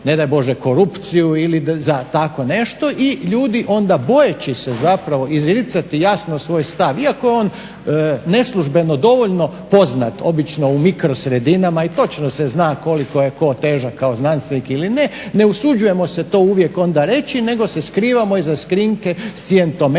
ne daj Bože korupciju ili za tako nešto. I ljudi onda bojeći se zapravo izricati jasno svoj stav iako je on neslužbeno dovoljno poznat, obično u mikrosredinama i točno se zna koliko je tko težak kao znanstvenik ili ne, ne usuđujemo se to uvijek onda reći nego se skrivamo iza krinke scijentometrije,